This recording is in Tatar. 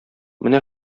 менә